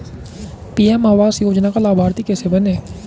PM आवास योजना का लाभर्ती कैसे बनें?